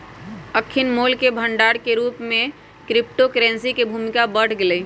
अखनि मोल के भंडार के रूप में क्रिप्टो करेंसी के भूमिका बढ़ गेलइ